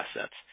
assets